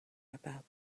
about